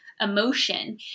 emotion